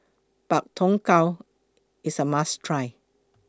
Pak Thong Ko IS A must Try